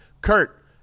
Kurt